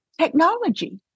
technology